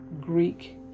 Greek